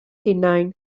hunain